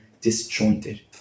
disjointed